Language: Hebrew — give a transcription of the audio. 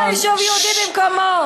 לקבוע יישוב יהודי במקומו.